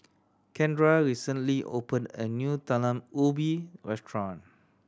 Kendra recently opened a new Talam Ubi restaurant